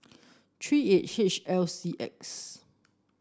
three eight H L C X